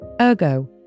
Ergo